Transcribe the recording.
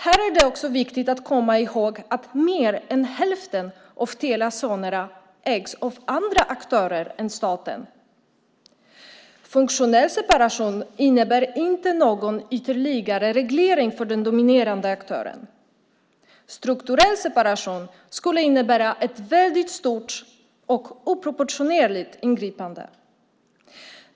Här är det också viktigt att komma ihåg att mer än hälften av Telia Sonera ägs av andra aktörer än staten. Funktionell separation innebär inte någon ytterligare reglering för den dominerande aktören. Strukturell separation skulle innebära ett stort och oproportionerligt ingripande.